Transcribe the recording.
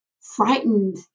frightened